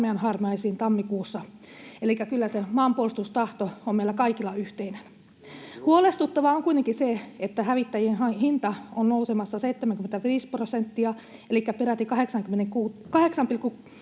armeijan harmaisiin tammikuussa. Elikkä kyllä se maanpuolustustahto on meillä kaikilla yhteinen. [Mikko Savola: Hyvä!] Huolestuttavaa on kuitenkin se, että hävittäjien hinta on nousemassa 75 prosenttia elikkä peräti